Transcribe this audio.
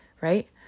right